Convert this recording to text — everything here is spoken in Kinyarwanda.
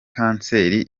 kanseri